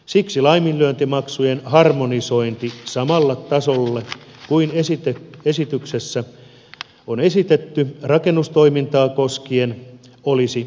siksi laiminlyöntimaksujen harmonisointi samalle tasolle kuin esityksessä on esitetty rakennustoimintaa koskien olisi perusteltua